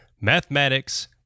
mathematics